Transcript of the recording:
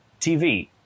TV